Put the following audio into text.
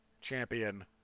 Champion